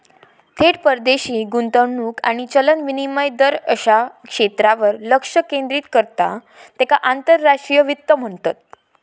थेट परदेशी गुंतवणूक आणि चलन विनिमय दर अश्या क्षेत्रांवर लक्ष केंद्रित करता त्येका आंतरराष्ट्रीय वित्त म्हणतत